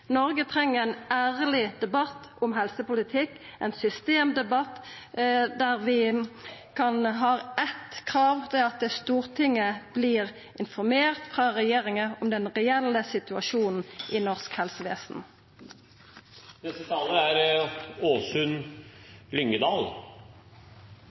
Noreg treng ein ærleg debatt om helsepolitikk, ein systemdebatt der vi har eitt krav, og det er at Stortinget vert informert av regjeringa om den reelle situasjonen i norsk helsevesen. Jeg er